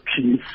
peace